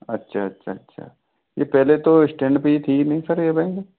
अच्छा अच्छा अच्छा ये पहले तो श्टैंड पे ही थी ही नहीं सर ये बैंक